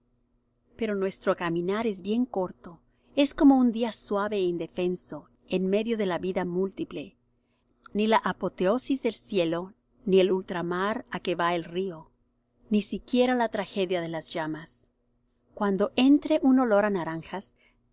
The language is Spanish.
pero nuestro caminar es bien corto es como un día suave é indefenso enmedio de la vida múltiple ni la apoteosis del cielo ni el ultramar á que va el río ni siquiera la tragedia de las llamas cuando entre un olor á naranjas